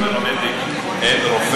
פרמדיק, אין רופא?